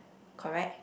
correct